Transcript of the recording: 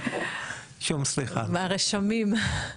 מהרשמים.